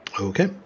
Okay